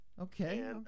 Okay